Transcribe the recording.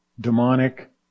demonic